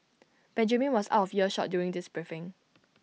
Benjamin was out of earshot during this briefing